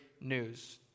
news